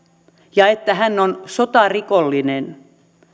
ja että hän on sotarikollinen